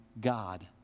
God